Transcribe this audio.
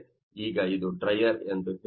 ಈಗ ಇದು ಡ್ರೈಯರ್ ಎಂದು ಹೇಳೋಣ